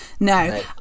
No